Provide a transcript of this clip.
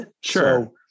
Sure